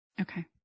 Okay